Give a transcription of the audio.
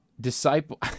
disciple